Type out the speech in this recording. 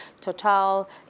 Total